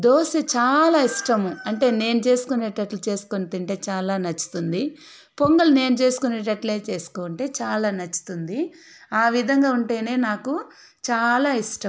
దోశ చాలా ఇష్టము అంటే నేను చేసుకునేటట్లు చేసుకుని తింటే చాలా నచ్చుతుంది పొంగల్ నేను చేసుకునేటట్లే చేసుకుంటే చాలా నచ్చుతుంది ఆ విధంగా ఉంటేనే నాకు చాలా ఇష్టం